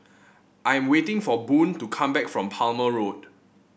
I am waiting for Boone to come back from Palmer Road